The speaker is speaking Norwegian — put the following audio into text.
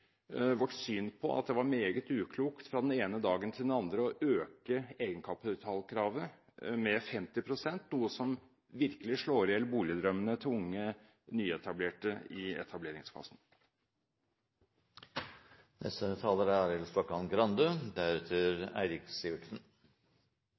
vårt syn på at det var meget uklokt fra den ene dagen til den andre å øke egenkapitalkravet med 50 pst., noe som virkelig slår i hjel boligdrømmene til unge i